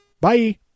Bye